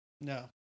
No